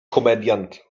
komediant